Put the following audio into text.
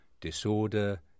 disorder